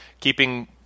keeping